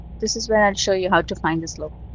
this is where i'll show you how to find the slope.